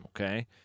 okay